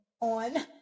on